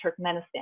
Turkmenistan